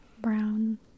brown